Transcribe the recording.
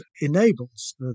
enables